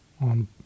on